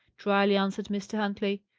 drily answered mr. huntley.